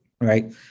Right